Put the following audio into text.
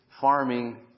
farming